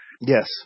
Yes